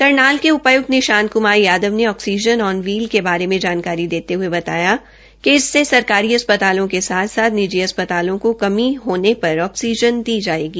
करनाल के उपाय्क्त निशांत क्मार यादव ने ऑक्सीजन आन व्हील के बारे मे जानकारी देते ह्ये बताया कि इससे सरकारी अस्पतालों के साथ साथ निजी अस्पतालों को कमी होने पर ऑक्सीजन दी जायेगी